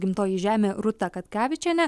gimtoji žemė rūta katkevičienė